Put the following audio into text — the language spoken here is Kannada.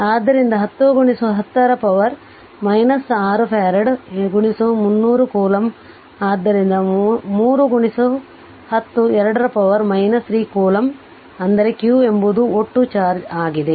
ಆದ್ದರಿಂದ 10 10 ರ ಪವರ್ 6 ಫರಾಡ್ 300 ಕೂಲಂಬ್ ಆದ್ದರಿಂದ 3 10 2ರ ಪವರ್ 3 ಕೂಲಂಬ್ ಅಂದರೆ q ಎಂಬುದು ಒಟ್ಟು ಚಾರ್ಜ್ ಆಗಿದೆ